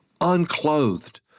unclothed